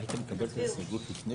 אני חושב שהמילה זמנית בסעיף (א),